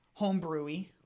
homebrewy